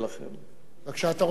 בבקשה, אתה רוצה שאלה נוספת?